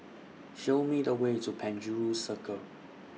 Show Me The Way to Penjuru Circle